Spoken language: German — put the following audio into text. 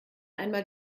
einmal